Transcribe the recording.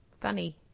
funny